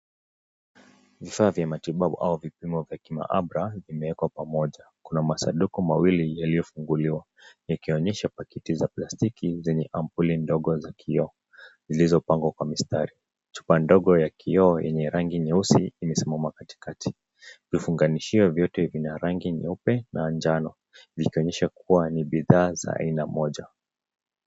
Vifaa vya matibabu au vipimo vya kimaabara vimewekwa pamoja, kuna masanduku mawili yaliyofunguliwa yakionyesha pakiti ya plastiki zenye ampuli ndogo ya kioo zilizopangwa kwa mstari, chupa ngogo ya kioo yenye rangi nyeusi imesimama katikati, vifunganishio vyote vina rangi nyeupe na njano, vikionyesha kuwa ni picha za aina moja.